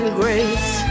grace